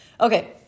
Okay